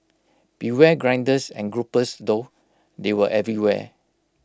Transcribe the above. beware grinders and gropers though they were everywhere